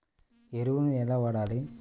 ఎరువులను ఎలా వాడాలి?